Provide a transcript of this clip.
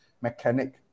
mechanic